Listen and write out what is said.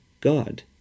God